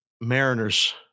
Mariners